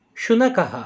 शुनकः